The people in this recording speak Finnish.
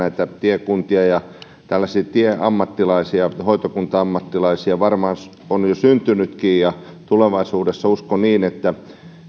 tiekuntia tällaisia tieammattilaisia hoitokunta ammattilaisia varmaan on jo syntynytkin ja tulevaisuudessa uskon niin